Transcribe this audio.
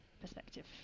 perspective